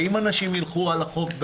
ואם אנשים ילכו על החוף?